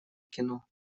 кино